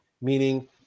meaning